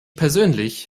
persönlich